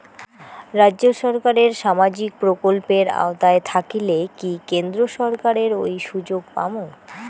রাজ্য সরকারের সামাজিক প্রকল্পের আওতায় থাকিলে কি কেন্দ্র সরকারের ওই সুযোগ পামু?